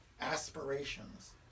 aspirations